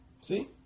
See